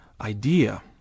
idea